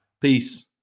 Peace